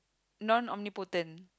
non omnipotent